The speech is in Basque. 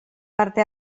parte